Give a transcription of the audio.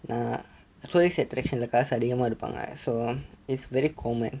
err tourist attraction லே காசு அதிகமா எடுப்பாங்க:le kaasu athigama eduppanga so it's very common